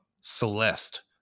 Celeste